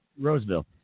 Roseville